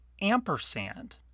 Ampersand